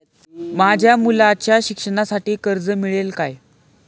माझ्या मुलाच्या शिक्षणासाठी कर्ज मिळेल काय?